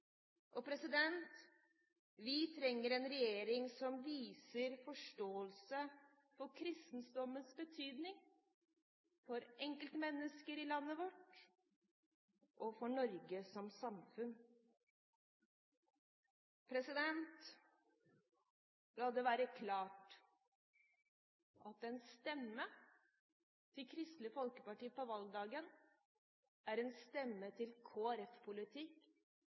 Vi trenger en regjering som viser forståelse for kristendommens betydning for enkeltmennesker i landet vårt og for Norge som samfunn. La det være klart at en stemme til Kristelig Folkeparti på valgdagen er en stemme til